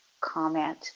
comment